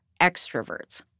extroverts